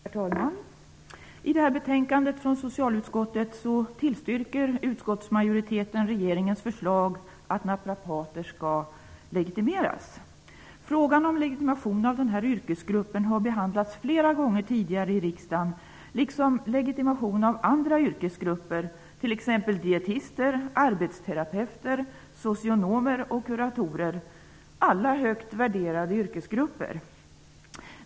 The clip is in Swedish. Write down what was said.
Herr talman! I det här betänkandet från socialutskottet tillstyrker utskottsmajoriteten regeringens förslag att naprapater skall legitimeras. Frågan om legitimation av denna yrkesgruppp har behandlats flera gånger tidigare i riksdagen, liksom legitimation av andra yrkesgrupper, t.ex. dietister, arbetsterapeuter, socionomer och kuratorer -- alla högt värderade yrkesgrupper.